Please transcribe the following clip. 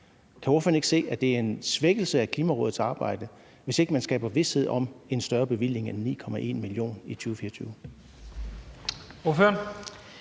Kan ordføreren ikke se, at det er en svækkelse af Klimarådets arbejde, hvis ikke man skaber vished om en større bevilling end 9,1 mio. kr. i 2024?